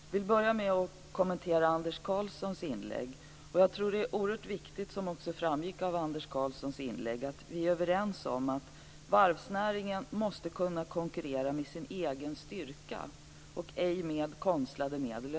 Fru talman! Jag vill börja med att kommentera Anders Karlssons inlägg. Jag tror att det är oerhört viktigt, som också framgick av hans inlägg, att vi är överens om att varvsnäringen måste kunna konkurrera med hjälp av sin egen styrka, ej med konstlade medel.